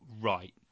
right